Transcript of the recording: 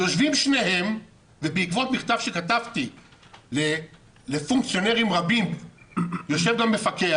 יושבים שניהם ובעקבות מכתב שכתבתי לפונקציונרים רבים יושב גם מפקח,